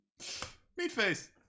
Meatface